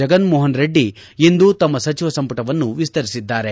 ಜಗನ್ಮೋಹನ್ರೆಡ್ಡಿ ಇಂದು ತಮ್ನ ಸಚಿವ ಸಂಪುಟವನ್ನು ವಿಸ್ತರಿಸಿದ್ದಾರೆ